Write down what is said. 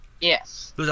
Yes